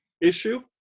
issue